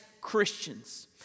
Christians